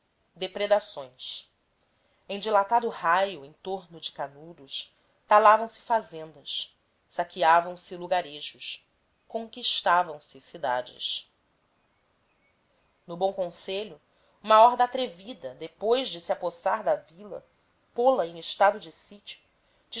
depredações em dilatado raio em torno de canudos talavam se fazendas saqueavam se lugarejos conquistavam se cidades no bom conselho uma horda atrevida depois de se apossar da vila pô-la em estado de sítio